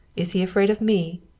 is he afraid of me?